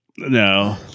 No